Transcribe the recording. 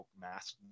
mask